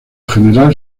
general